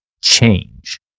change